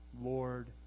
Lord